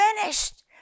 finished